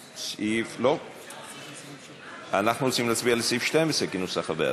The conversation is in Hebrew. אנחנו רוצים להצביע על סעיף 12 כנוסח הוועדה.